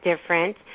different